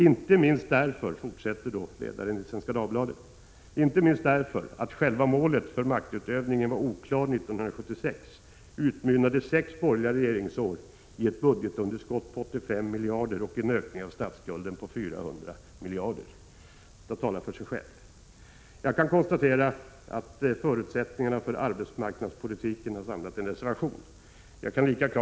Inte minst därför — fortsätter man i Svenska Dagbladets ledare — att själva målet för maktutövningen var oklart 1976 utmynnade sex borgerliga regeringsår i ett budgetunderskott på 85 miljarder och en ökning av statsskulden med 400 miljarder. Detta talar för sig självt. Prot. 1986/87:94 Jag kan konstatera att man i fråga om förutsättningar för arbetsmarknads = 25 mars 1987 politiken har avgivit en reservation.